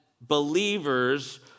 believers